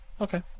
Okay